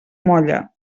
molla